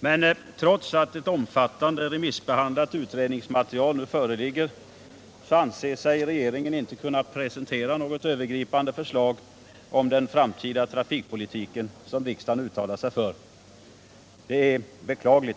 Men trots att ett omfattande, remissbehandlat utredningsmaterial nu föreligger anser sig regeringen inte kunna presentera något övergripande förslag om den framtida trafikpolitiken som riksdagen uttalat sig för. Det är beklagligt.